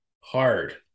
hard